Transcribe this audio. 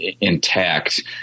intact